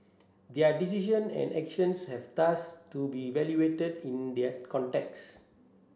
their decision and actions have thus to be evaluated in their context